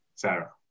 Sarah